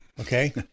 Okay